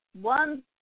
one